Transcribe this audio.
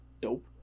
dope